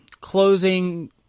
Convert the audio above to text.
closing